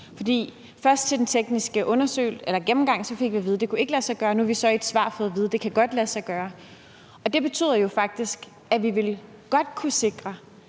For ved den tekniske gennemgang fik vi først at vide, at det ikke kunne lade sig gøre, og nu har vi så i et svar fået at vide, at det godt kan lade sig gøre. Det betyder jo faktisk, at vi godt ville kunne sikre,